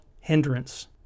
hindrance